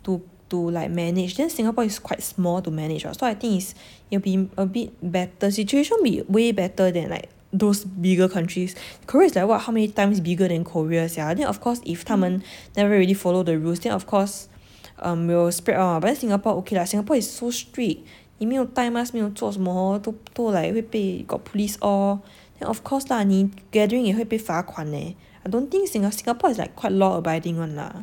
to to like manage then Singapore is quite small to manage [what] so I think is will be a bit the situation will be way better than those bigger countries Korea is like how many times bigger than Korea sia then of course if 他们 never really follow the rules then of course um will spread ah but then Singapore okay lah Singapore is so strict 你没有戴 mask 没有做什么 hor 都都 like 会被 got police all then of course lah 你 gathering 也会被罚款 eh I don't think Singa~ Singapore is like quite law abiding [one] lah